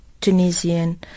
Tunisian